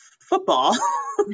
football